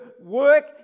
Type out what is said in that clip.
work